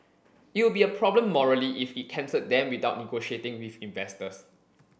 it would be a problem morally if it cancelled them without negotiating with investors